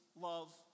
love